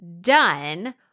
done